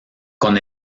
con